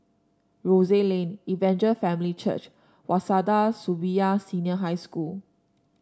Rose Lane Evangel Family Church Waseda Shibuya Senior High School